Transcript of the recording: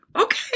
okay